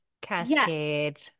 cascade